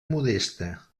modesta